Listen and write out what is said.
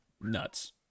Nuts